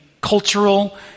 cultural